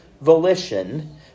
volition